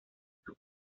sus